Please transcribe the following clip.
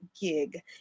gig